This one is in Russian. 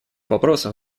вопросов